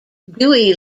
dewey